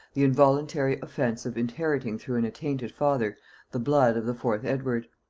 the involuntary offence of inheriting through an attainted father the blood of the fourth edward.